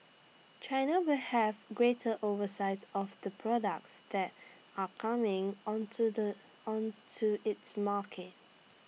China will have greater oversight of the products that are coming onto the onto its market